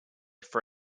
for